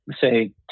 say